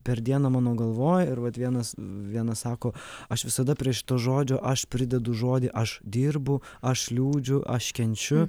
per dieną mano galvoj ir vat vienas vienas sako aš visada prie šito žodžio aš pridedu žodį aš dirbu aš liūdžiu aš kenčiu